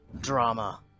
drama